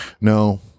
No